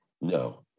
no